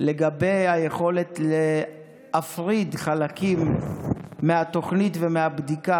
לגבי היכולת להפריד חלקים מהתוכנית ומהבדיקה